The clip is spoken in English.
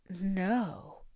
no